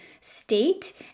state